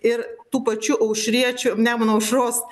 ir tų pačių aušriečių nemuno aušros